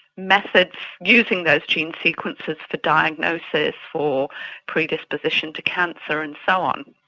methods using those gene sequences for diagnosis for predisposition to cancer and so on.